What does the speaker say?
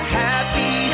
happy